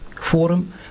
forum